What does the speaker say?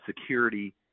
security